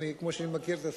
כמו שאני מכיר את עצמי.